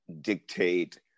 dictate